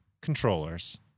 controllers